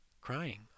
crying